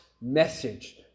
message